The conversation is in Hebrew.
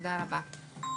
תודה רבה.